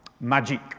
magic